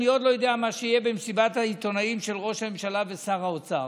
אני עוד לא יודע מה יהיה במסיבת העיתונאים של ראש הממשלה ושר האוצר,